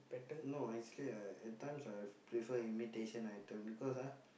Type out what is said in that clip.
no actually I at times I prefer imitation items because ah